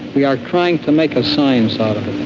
we are trying to make a science out of it.